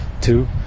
two